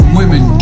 women